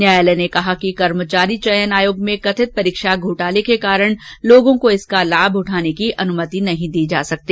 न्यायालय ने कहा कि कर्मचारी चयन आयोग में कंथित परीक्षा घोटाले के कारण लोगों को इसका लाभ उठाने की अनुमति नहीं दी जा सकती